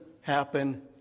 happen